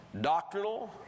doctrinal